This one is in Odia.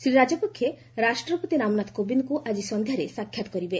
ଶ୍ରୀ ରାଜପକ୍ଷେ ରାଷ୍ଟ୍ରପତି ରାମନାଥ କୋବିନ୍ଦଙ୍କୁ ଆଜି ସନ୍ଧ୍ୟାରେ ସାକ୍ଷାତ୍ କରିବେ